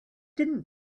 didn’t